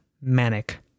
manic